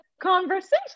conversation